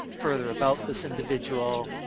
further about this individual,